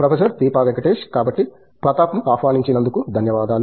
professor Deepa Venkatesh కాబట్టి ప్రతాప్ను ఆహ్వానించినందుకు ధన్యవాదాలు